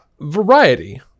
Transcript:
Variety